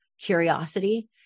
curiosity